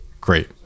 great